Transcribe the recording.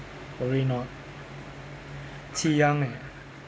probably not qi yang leh